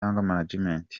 management